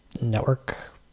network